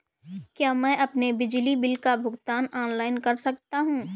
क्या मैं अपने बिजली बिल का भुगतान ऑनलाइन कर सकता हूँ?